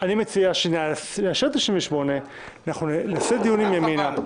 אני מציע שנאשר 98, נעשה דיון עם ימינה.